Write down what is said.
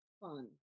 fun